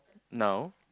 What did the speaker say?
now